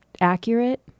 accurate